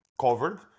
covered